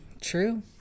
True